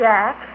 Jack